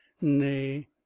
nay